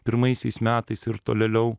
pirmaisiais metais ir tolėliau